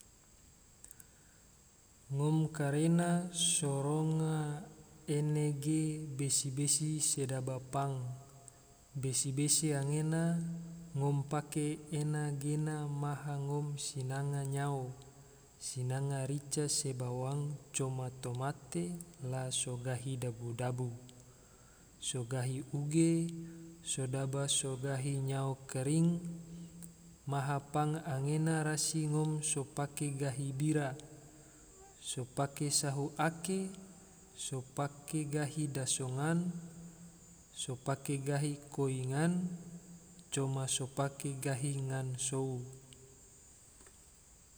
Ngom karena so ronga ene ge besi-besi sedaba pang, besi-besi anggena ngom pake ena gena maha ngom sinanga nyao, sinanga rica, se bawang coma tomate la so gahi dabu-dabu, so gahi uge, sedaba so gahi nyao karing. maha pang anggena rasi ngom so apke gahi bira, so pake sahu ake, so pake gahi daso ngan, so pake gahi koi ngan, coma so pake gahi ngan sou